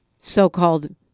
so-called